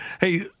Hey